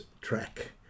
track